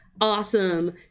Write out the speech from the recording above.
awesome